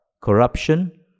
corruption